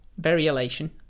variolation